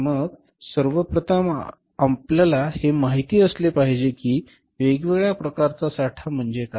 तर मग सर्वप्रथम आपल्याला हे माहित असले पाहिजे की वेगवेगळ्या प्रकारच्या साठा म्हणजे काय